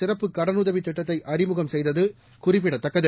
சிறப்புக் கடனுதவி திட்டத்தை அறிமுகம் செய்தது குறிப்பிடத்தக்கது